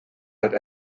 that